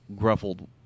gruffled